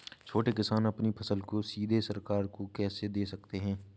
छोटे किसान अपनी फसल को सीधे सरकार को कैसे दे सकते हैं?